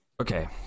Okay